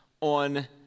on